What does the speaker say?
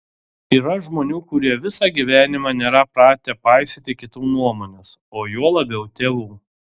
yra žmonių kurie visą gyvenimą nėra pratę paisyti kitų nuomonės o juo labiau tėvų